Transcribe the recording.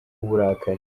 uburakari